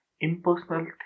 impersonal